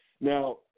Now